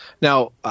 Now